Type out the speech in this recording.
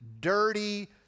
dirty